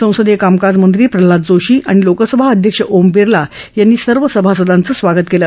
संसदीय कामकाजमंत्री प्रल्हाद जोशी आणि लोकसभा अध्यक्ष ओम बिर्ला यांनी सर्व सभासदांचं स्वागत केलं